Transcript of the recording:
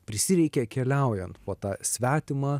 prisireikia keliaujant po tą svetimą